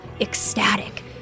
ecstatic